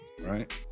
right